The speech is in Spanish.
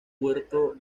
puerto